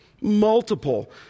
multiple